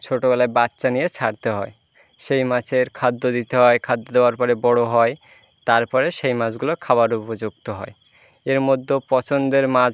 ছোটোবেলায় বাচ্চা নিয়ে ছাড়তে হয় সেই মাছের খাদ্য দিতে হয় খাদ্য দেওয়ার পরে বড় হয় তার পরে সেই মাছগুলো খাওয়ার উপযুক্ত হয় এর মধ্যেও পছন্দের মাছ